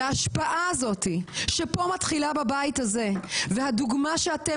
ההשפעה הזאת שפה מתחילה בבית הזה והדוגמה שאתם